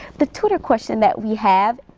the twitter question that we have,